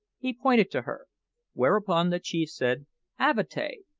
he pointed to her whereupon the chief said avatea,